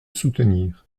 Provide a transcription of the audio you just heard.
soutenir